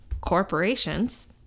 corporations